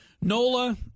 Nola